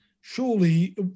Surely